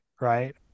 right